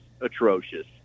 atrocious